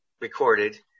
recorded